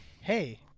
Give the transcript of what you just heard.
hey